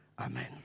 Amen